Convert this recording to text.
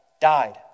died